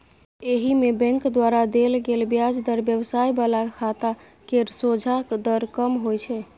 एहिमे बैंक द्वारा देल गेल ब्याज दर व्यवसाय बला खाता केर सोंझा दर कम होइ छै